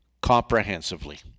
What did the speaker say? comprehensively